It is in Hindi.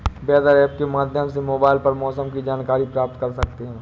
वेदर ऐप के माध्यम से मोबाइल पर मौसम की जानकारी प्राप्त कर सकते हैं